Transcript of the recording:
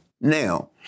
Now